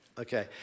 Okay